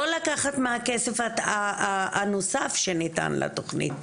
לא לקחת מהכסף הנוסף שניתן לתכנית.